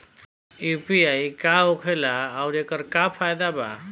UPI का होखेला आउर एकर का फायदा बा?